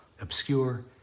obscure